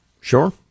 Sure